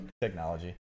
Technology